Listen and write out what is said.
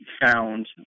found